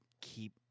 keep